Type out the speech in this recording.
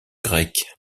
grec